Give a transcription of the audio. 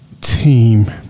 team